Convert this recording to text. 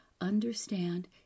understand